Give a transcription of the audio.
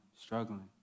struggling